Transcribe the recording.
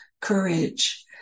courage